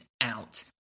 Out